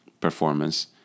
performance